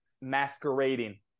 masquerading